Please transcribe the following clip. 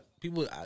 people